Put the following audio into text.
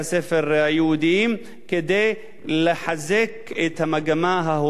כדי לחזק את המגמה ההומנית הזאת של כן,